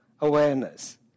awareness